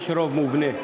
יש רוב מובנה.